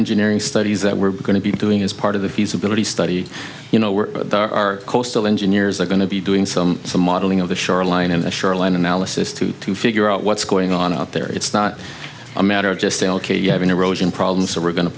engineering studies that we're going to be doing as part of the feasibility study you know we're our coastal engineers are going to be doing some modeling of the shoreline in the shoreline analysis to to figure out what's going on out there it's not a matter of just say ok you have an erosion problem so we're going to